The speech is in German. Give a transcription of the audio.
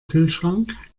kühlschrank